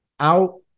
out